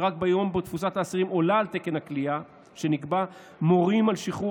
ורק ביום שבו תפוסת האסירים עולה על תקן הכליאה שנקבע מורים על שחרור